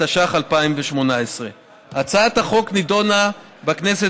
התשע"ח 2018. הצעת החוק נדונה בכנסת